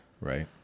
right